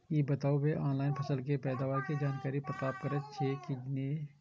ई बताउ जे ऑनलाइन फसल के पैदावार के जानकारी प्राप्त करेत छिए की नेय?